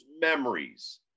memories